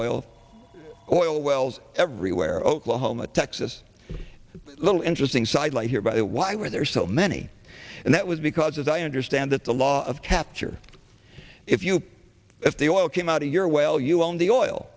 oil oil wells everywhere oklahoma texas little interesting sidelight here but why were there so many and that was because as i understand that the law of capture if you if the oil came out of your well you own the oil